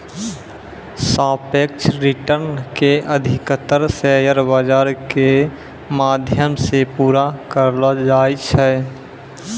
सापेक्ष रिटर्न के अधिकतर शेयर बाजार के माध्यम से पूरा करलो जाय छै